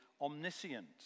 omniscient